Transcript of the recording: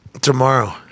Tomorrow